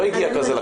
לא הגיע כזה לכנסת.